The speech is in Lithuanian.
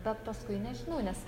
bet paskui nežinau nes